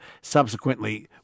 Subsequently